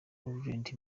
laurent